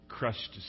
Crushed